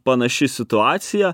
panaši situacija